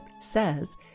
says